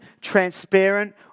transparent